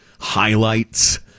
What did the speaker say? Highlights